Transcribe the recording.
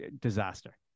disaster